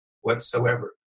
whatsoever